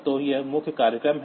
तो यह मुख्य प्रोग्राम है